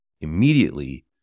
Immediately